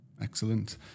Excellent